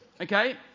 Okay